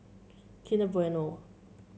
Kinder Bueno